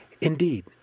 Indeed